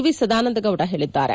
V Sadananda Gowda ಹೇಳಿದ್ದಾರೆ